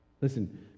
Listen